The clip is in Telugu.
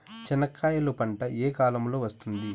చెనక్కాయలు పంట ఏ కాలము లో వస్తుంది